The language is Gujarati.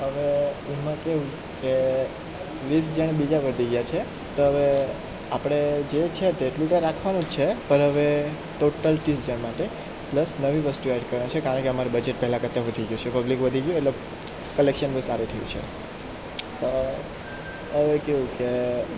હવે તેમાં કેવું કે વીસ જણ બીજા વધી ગયાં છે તો હવે આપણે જે છે તેટલું તો રાખવાનું જ છે પણ હવે ટોટલ તીસ જણ માટે પ્લસ નવી વસ્તુ એડ કરવાની છે કારણકે અમારું બજેટ થોડુંક વધી ગયું છે પબ્લિક વધી ગયું એટલે કલેક્શન બી સારું થયું છે તો હવે કેવું કે